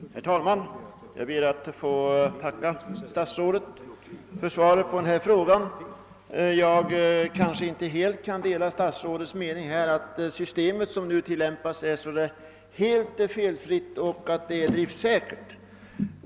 Herr talman! Jag ber att få tacka herr statsrådet för svaret på min fråga. Jag kan inte dela statsrådets mening att det system som nu tillämpas är helt felfritt och driftsäkert.